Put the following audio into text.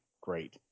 great